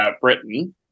britain